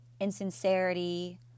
insincerity